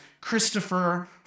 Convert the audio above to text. Christopher